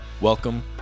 Welcome